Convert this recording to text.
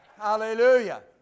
Hallelujah